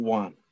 one